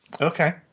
Okay